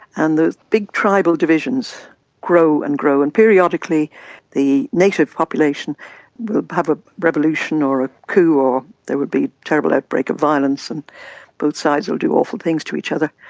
and the big tribal divisions grow and grow, and periodically the native population will have a revolution or a coup or there would be a terrible outbreak of violence and both sides will do awful things to each other.